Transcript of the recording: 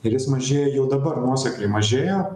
ir vis mažėja jau dabar nuosekliai mažėja